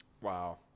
Wow